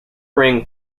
ring